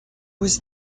was